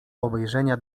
obejrzenia